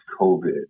COVID